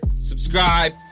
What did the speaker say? subscribe